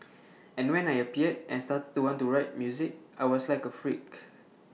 and when I appeared and started to want to write music I was like A freak